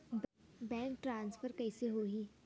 Bank transfer कइसे होही?